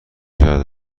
کرده